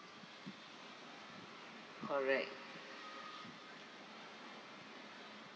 correct